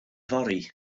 fory